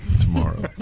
tomorrow